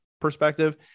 perspective